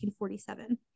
1947